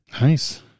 nice